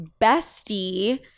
bestie